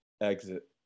exit